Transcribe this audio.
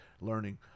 learning